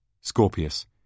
Scorpius